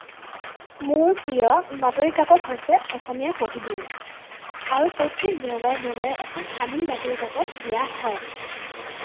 মোৰ প্ৰিয় বাতৰি কাকত হৈছে অসমীয়া প্ৰতিদিন আৰু প্ৰত্যেক দেওবাৰে দেওবাৰে এখন সাদিন বাতৰি কাকত দিয়া হয়